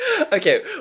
Okay